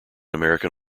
american